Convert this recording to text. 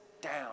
down